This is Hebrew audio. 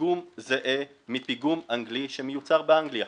פיגום זהה לפיגום אנגלי שמיוצר באנגליה.